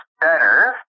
better